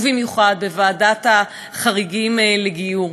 ובמיוחד בוועדת החריגים לגיור.